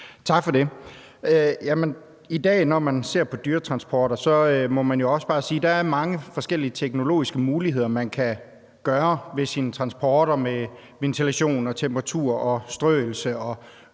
I dag, når man ser på dyretransporter, må man jo også bare sige, at der er mange forskellige teknologiske muligheder, man kan bruge på sine transporter – ventilation, temperatur, strøelse og